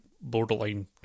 borderline